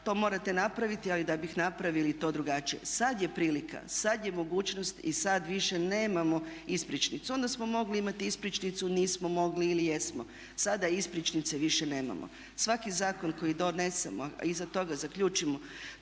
to morate napravit ali da bi napravili to drugačije. Sad je prilika, sad je mogućnost i sad više nemamo ispričnicu. Onda smo mogli imati ispričnicu, nismo mogli ili jesmo. Sada ispričnice više nemamo. Svaki zakon koji donesemo a iza toga zaključimo